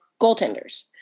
goaltenders